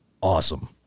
Awesome